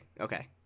okay